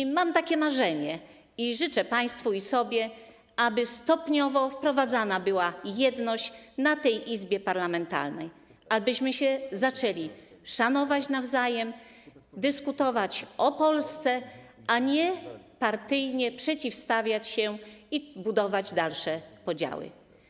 I mam takie marzenie, i życzę państwu i sobie, aby stopniowo wprowadzana była jedność w tej Izbie parlamentarnej, abyśmy się zaczęli nawzajem szanować, dyskutować o Polsce, a nie partyjnie przeciwstawiać się i budować dalsze podziały.